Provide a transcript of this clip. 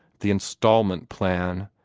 the instalment plan,